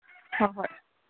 ꯍꯣꯏ ꯍꯣꯏ